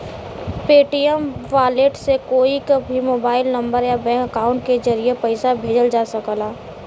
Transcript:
Paytm wallet से कोई के भी मोबाइल नंबर या बैंक अकाउंट के जरिए पइसा भेजल जा सकला